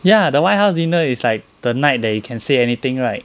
ya the white house dinner it's like the night that you can say anything right